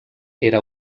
era